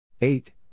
eight